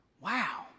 Wow